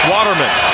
Waterman